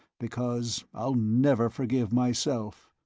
because i'll never forgive myself!